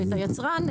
והיצרן,